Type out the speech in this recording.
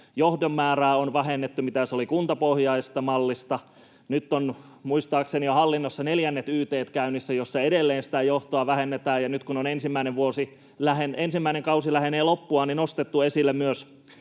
johdon määrää on vähennetty siitä, mitä se oli kuntapohjaisessa mallissa. Nyt on muistaakseni hallinnossa jo neljännet yt:t käynnissä, joissa edelleen sitä johtoa vähennetään. Nyt kun ensimmäinen kausi lähenee loppuaan, on nostettu esille myös